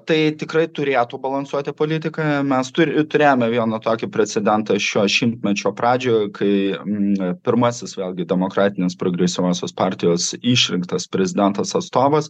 tai tikrai turėtų balansuoti politiką mes tur turėjome vieną tokį precedentą šio šimtmečio pradžioje kai pirmasis vėlgi demokratinės progresyviosios partijos išrinktas prezidentas atstovas